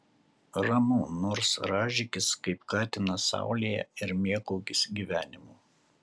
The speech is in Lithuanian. ramu kad nors rąžykis kaip katinas saulėje ir mėgaukis gyvenimu